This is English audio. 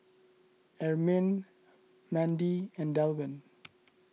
Ermine Mandi and Delwin